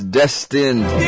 destined